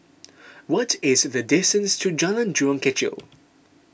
what is the distance to Jalan Jurong Kechil